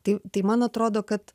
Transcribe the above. tai tai man atrodo kad